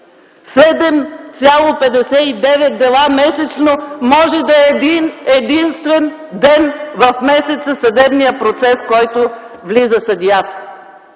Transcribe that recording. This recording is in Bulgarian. девет дела месечно може да е един-единствен ден в месеца съдебният процес, в който влиза съдията.